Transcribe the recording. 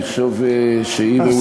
אני חושב שהיא ראויה,